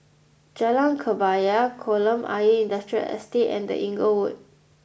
Jalan Kebaya Kolam Ayer Industrial Estate and The Inglewood